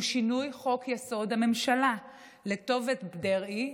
הוא שינוי חוק-יסוד: הממשלה לטובת דרעי,